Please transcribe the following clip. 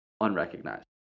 unrecognized